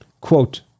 Quote